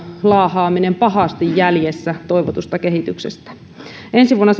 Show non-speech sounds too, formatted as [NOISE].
laahaaminen pahasti jäljessä toivotusta kehityksestä ensi vuonna [UNINTELLIGIBLE]